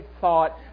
thought